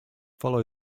follow